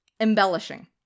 embellishing